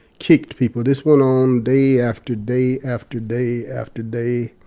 kicked people. this went on day after day after day after day,